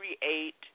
create